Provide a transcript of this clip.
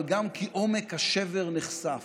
אבל גם כי עומק השבר נחשף.